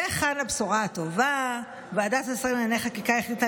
וכאן הבשורה הטובה: ועדת השרים לחקיקה החליטה